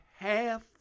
half